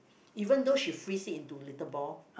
even though she freeze it into little ball